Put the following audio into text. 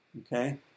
Okay